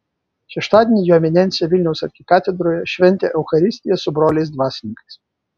šeštadienį jo eminencija vilniaus arkikatedroje šventė eucharistiją su broliais dvasininkais